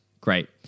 great